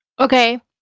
okay